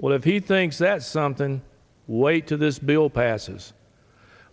what he thinks that something late to this bill passes